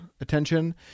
attention